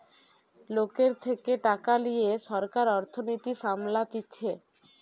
লোকের থেকে টাকা লিয়ে সরকার অর্থনীতি সামলাতিছে